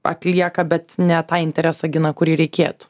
atlieka bet ne tą interesą gina kurį reikėtų